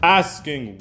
asking